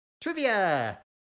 Trivia